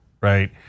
right